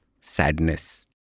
sadness